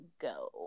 go